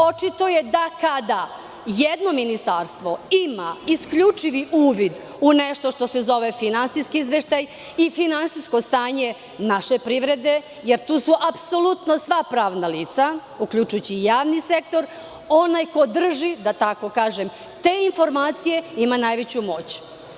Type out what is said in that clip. Očito je da kada jedno ministarstvo ima isključivi uvid u nešto što se zove finansijski izveštaj i finansijsko stanje naše privrede, jer tu su apsolutno sva pravna lica, uključujući i pravni sektor, onaj ko drži, da tako kažem te informacije ima najveću moć.